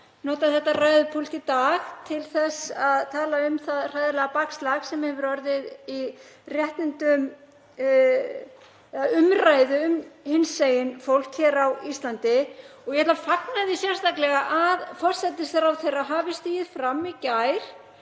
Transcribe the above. notað þetta ræðupúlt í dag til þess að tala um það hræðilega bakslag sem hefur orðið í umræðu um hinsegin fólk hér á Íslandi. Ég ætla að fagna því sérstaklega að forsætisráðherra hafi stigið fram í gær